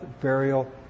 burial